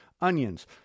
onions